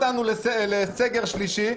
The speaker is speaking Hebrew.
מדהירים אותנו לסגר שלישי.